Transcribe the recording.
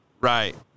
Right